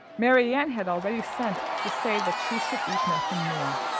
marianne had already sent to say, that she should eat nothing more.